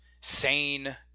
sane